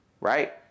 right